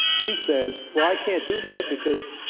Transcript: he says, well, i can't do that because